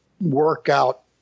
workout